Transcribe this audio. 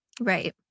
Right